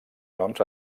noms